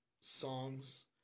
songs